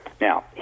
Now